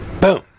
Boom